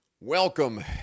Welcome